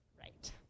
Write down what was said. right